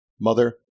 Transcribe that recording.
mother